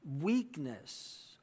weakness